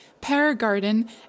Paragarden